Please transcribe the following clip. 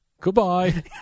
goodbye